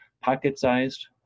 pocket-sized